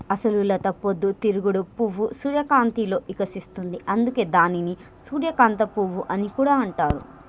అసలు లత పొద్దు తిరుగుడు పువ్వు సూర్యకాంతిలో ఇకసిస్తుంది, అందుకే దానిని సూర్యకాంత పువ్వు అని కూడా అంటారు